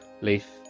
Leaf